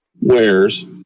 wares